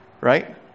right